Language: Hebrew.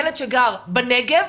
ילד שגר בנגב,